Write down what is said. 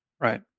right